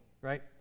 right